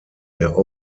der